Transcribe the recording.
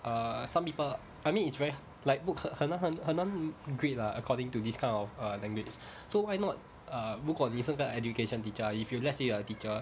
err some people I mean it's very like 不可很难很难 grade lah according to this kind of err language so why not uh 如果你是个 education teacher ah if you let's say you are a teacher